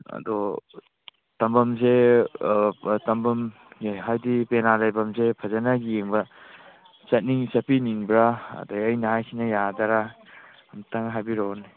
ꯑꯗꯣ ꯇꯝꯕꯝꯁꯦ ꯇꯝꯕꯝꯁꯦ ꯍꯥꯏꯗꯤ ꯄꯦꯅꯥ ꯂꯩꯕꯝꯁꯦ ꯐꯖꯅ ꯌꯦꯡꯕ ꯆꯠꯄꯤꯅꯤꯡꯕ꯭ꯔꯥ ꯑꯗꯒꯤ ꯑꯩꯅ ꯍꯥꯏꯔꯤꯁꯤꯅ ꯌꯥꯔꯗ꯭ꯔꯥ ꯑꯝꯇ ꯍꯥꯏꯕꯤꯔꯛꯑꯣꯅꯦ